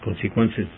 consequences